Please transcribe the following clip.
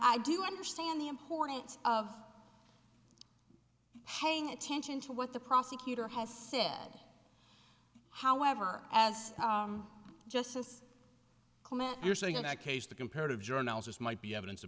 i do understand the importance of having attention to what the prosecutor has said however as justice you're saying in that case the comparative journals might be evidence